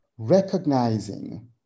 recognizing